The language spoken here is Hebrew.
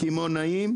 קמעונאים,